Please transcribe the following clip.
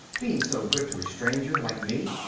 being so good to a stranger like me.